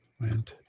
went